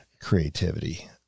creativity